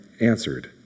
answered